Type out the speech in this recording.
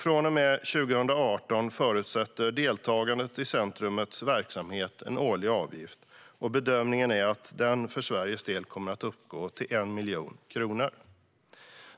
Från och med 2018 förutsätter deltagande i verksamheten en årlig avgift, och bedömningen är att den för Sveriges del kommer att uppgå till 1 miljon kronor.